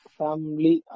family